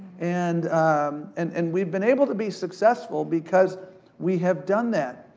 and and and we've been able to be successful because we have done that.